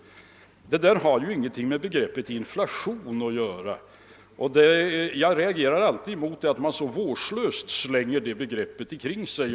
Det där har ju ingenting med begreppet inflation att göra. Jag reagerar alltid emot att man så vårdslöst slänger detta begrepp omkring sig.